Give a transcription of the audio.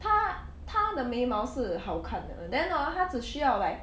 她她的眉毛是好看的 then hor 她只需要 like